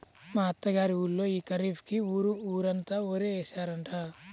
మా అత్త గారి ఊళ్ళో యీ ఖరీఫ్ కి ఊరు ఊరంతా వరే యేశారంట